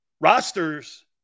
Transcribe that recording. rosters